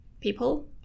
people